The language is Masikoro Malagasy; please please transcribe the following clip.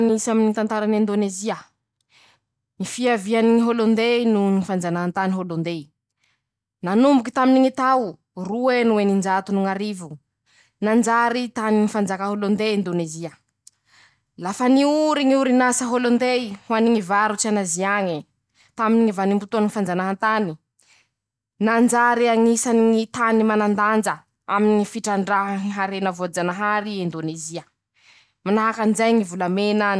Nisy aminy ñy tantarany Indônezia5: ñy fihaviany ñy ôlôndé noho ñy fanjanahantany hôlôndé nanomboky taminy ñy tao roe no eninjato no ñ'arivo. Nanjary taniny fanjakà ôlôndé endonezia5, lafa niory ñ'orin'asa ôlôndé ho any varotsy an'azia añy taminy ñy vanimpotoa ny ñy fanjanahantany5,nanjary añisany tany manandanja aminy ñy fitrandraha ñy harena voajanahary indônezia, manahakan'izay ñy volam.